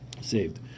saved